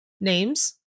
Names